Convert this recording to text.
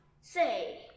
Say